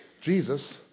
Jesus